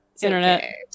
Internet